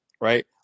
right